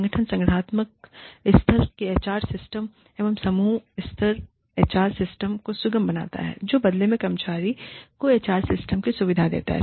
संगठन संगठनात्मक स्तर के एचआर सिस्टम एवं समूह स्तर एचआर सिस्टम को सुगम बनाता है जो बदले में कर्मचारी को एचआर सिस्टम की सुविधा देता है